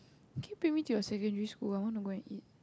can you bring me to your secondary school I want to go and eat